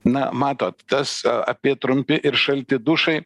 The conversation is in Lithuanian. na matot tas apie trumpi ir šalti dušai